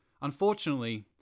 Unfortunately